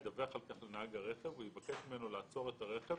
ידווח על כך לנהג הרכב ויבקש מימנו לעצור את הרכב